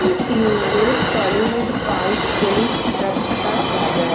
ইউটিউবের টলিউড পালস প্লেলিস্টটা বাজাও